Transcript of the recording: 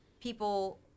people